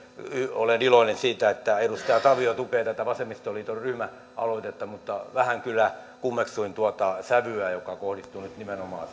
olen iloinen siitä että edustaja tavio tukee tätä vasemmistoliiton ryhmäaloitetta mutta vähän kyllä kummeksuin tuota sävyä joka kohdistui nyt nimenomaan